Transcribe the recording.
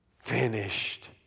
finished